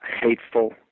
hateful